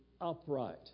upright